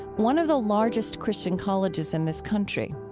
one of the largest christian colleges in this country.